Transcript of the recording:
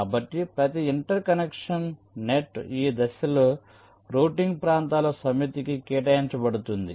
కాబట్టి ప్రతి interconnection net ఈ దశలో రౌటింగ్ ప్రాంతాల సమితికి కేటాయించబడుతుంది